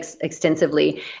extensively